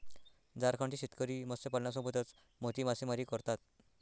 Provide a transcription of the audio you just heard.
झारखंडचे शेतकरी मत्स्यपालनासोबतच मोती मासेमारी करतात